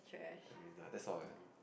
ten minutes ya that's all